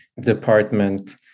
department